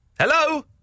Hello